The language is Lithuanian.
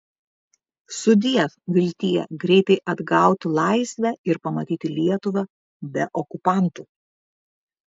sudiev viltie greitai atgauti laisvę ir pamatyti lietuvą be okupantų